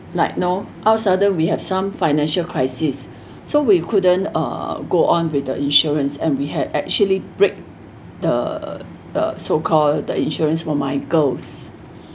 like know out of a sudden we have some financial crisis so we couldn't uh go on with the insurance and we had actually break the uh so call the insurance for my girls